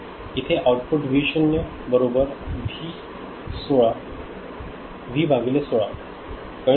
इथे output V 0 बरोबर V भागिले 16 कळले का